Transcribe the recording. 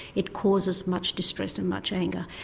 it causes much distress and much anger.